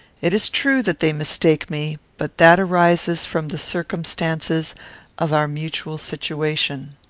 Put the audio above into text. it is true that they mistake me, but that arises from the circumstances of our mutual situation.